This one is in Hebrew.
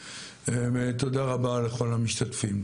תודה רבה לכל המשתתפים.